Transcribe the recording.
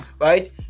right